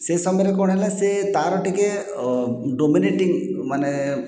ସେଇ ସମୟରେ କଣ ହେଲା ସେ ତା'ର ଟିକେ ଡୋମିନେଟିଙ୍ଗ ମାନେ